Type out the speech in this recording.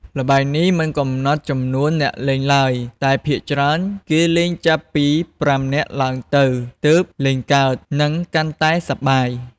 ល្បែងនេះមិនកំណត់ចំនួនអ្នកលេងទ្បើយ តែភាគច្រើនគេលេងចាប់ពី ៥ នាក់ឡើងទៅទើបលេងកើត និងកាន់តែសប្បាយ។